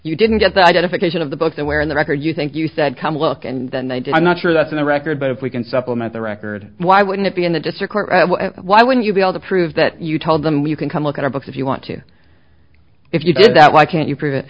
you didn't get the identification of the books and where in the record you think you said come look and then they did i'm not sure that's in the record but if we can supplement the record why wouldn't it be in the district court why wouldn't you be able to prove that you told them you can come look at our books if you want to if you did that why can't you prove it